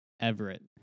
everett